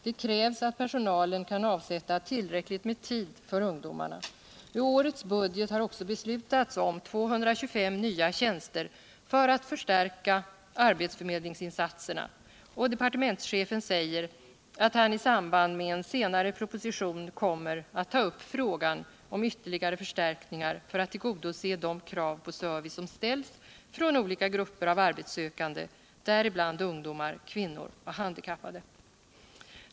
Det krävs att personalen kan avsätta tillräckligt med tid för ungdomarna. I årets budget har också beslutats om 225 nya tjänster för att förstärka arbetsförmedlingsinsatserna, och departementschefen säger att man i samband med en senare proposition kommer att ta upp frågan om ytterligare förstärkningar för att tillgodose de krav på service som ställs från olika grupper av arbetssökande, däribland ungdomar, kvinnor och handikappade.